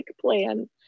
plan